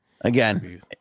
Again